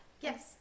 Yes